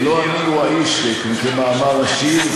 לא אני הוא האיש, כמאמר השיר.